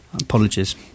Apologies